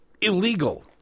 illegal